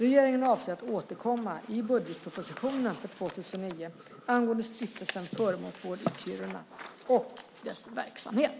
Regeringen avser att återkomma i budgetpropositionen för 2009 angående Stiftelsen Föremålsvård i Kiruna och dess verksamhet.